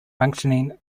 functioning